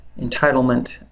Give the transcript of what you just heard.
entitlement